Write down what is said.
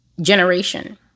generation